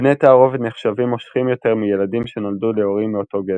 בני תערובת נחשבים מושכים יותר מילדים שנולדו להורים מאותו גזע.